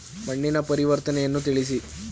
ಮಣ್ಣಿನ ಪರಿವರ್ತನೆಯನ್ನು ತಿಳಿಸಿ?